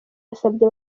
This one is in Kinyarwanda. yasabye